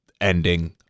ending